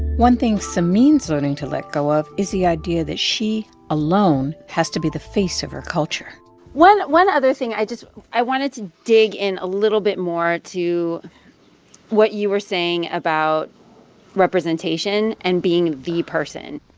one thing samin's learning to let go of is the idea that she alone has to be the face of her culture one one other thing i just i wanted to dig in a little bit more to what you were saying about representation and being the person